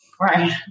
Right